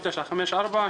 3954,